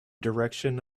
direction